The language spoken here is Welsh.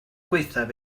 gwaethaf